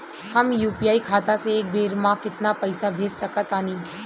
हम यू.पी.आई खाता से एक बेर म केतना पइसा भेज सकऽ तानि?